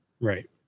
Right